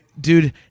dude